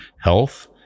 health